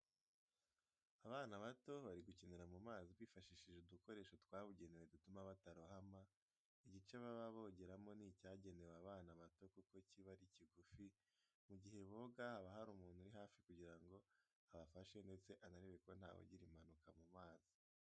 Abana bato bari gukinira mu mazi bifashishije udukoresho twabugenewe dutuma batarohama, igice baba bogeramo ni icyagenewe abana bato kuko kiba ari kigufi, mu gihe boga haba hari umuntu uri hafi kugira ngo abafashe ndetse anareba ko ntawagirira impanuka mu mazi.